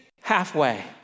halfway